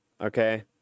Okay